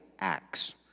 Acts